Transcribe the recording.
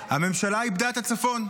הממשלה איבדה את הצפון.